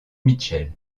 mitchell